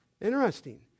Interesting